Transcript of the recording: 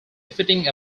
defeating